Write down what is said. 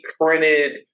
printed